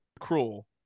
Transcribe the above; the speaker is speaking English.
Cruel